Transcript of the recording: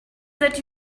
that